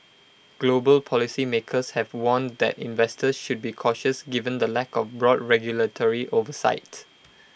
global policy makers have warned that investors should be cautious given the lack of broad regulatory oversight